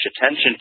attention